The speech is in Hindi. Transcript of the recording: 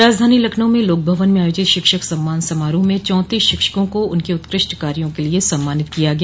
राजधानी लखनऊ में लोक भवन में आयोजित शिक्षक सम्मान समारोह में चौंतीस शिक्षकों को उनके उत्कृष्ट कार्यो के लिए सम्मानित किया गया